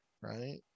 right